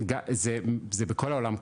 זה בכל העולם ככה,